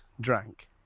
drank